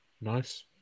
nice